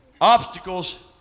Obstacles